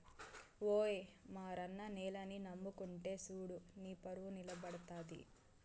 ఓయి మారన్న నేలని నమ్ముకుంటే సూడు నీపరువు నిలబడతది